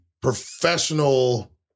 professional